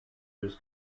das